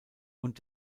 und